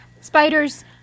spiders